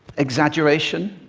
exaggeration.